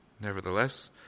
nevertheless